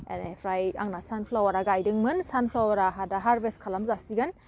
एनिफ्राय आंना सानफ्लावारा गायदोंमोन सानफ्लावारा दा हारभेस्ट खालामजासिगोन